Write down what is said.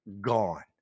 gone